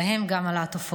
ובהם גם הלהט"בופוביה.